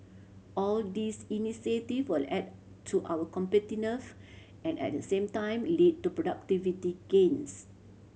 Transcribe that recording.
all these initiative will add to our competitiveness and at the same time lead to productivity gains